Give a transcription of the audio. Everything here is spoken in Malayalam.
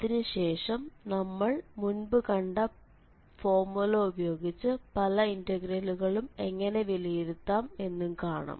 അതിനുശേഷം നമ്മൾ മുമ്പ് കണ്ട ഫോർമുല ഉപയോഗിച്ച് പല ഇന്റഗ്രലുകളും എങ്ങനെ വിലയിരുത്താം എന്നും കാണും